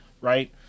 Right